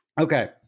Okay